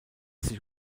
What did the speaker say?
sich